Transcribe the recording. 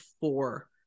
four